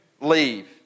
leave